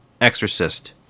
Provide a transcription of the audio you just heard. Exorcist